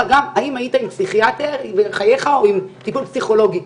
גם האם היית עם פסיכיאטר בחייך או בטיפול פסיכולוגי,